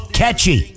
catchy